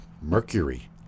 Mercury